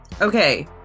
okay